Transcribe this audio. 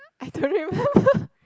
I don't remember